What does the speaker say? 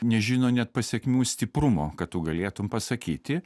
nežino net pasekmių stiprumo kad tu galėtum pasakyti